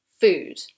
food